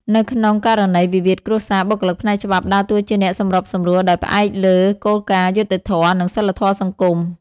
នៅក្នុងករណីវិវាទគ្រួសារ បុគ្គលិកផ្នែកច្បាប់ដើរតួជាអ្នកសម្របសម្រួលដោយផ្អែកលើគោលការណ៍យុត្តិធម៌ និងសីលធម៌សង្គម។